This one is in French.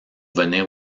venir